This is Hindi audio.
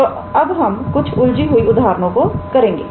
तो अब हम कुछ उलझी हुई उदाहरणों को करेंगे